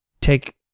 take